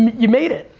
you made it.